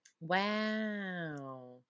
Wow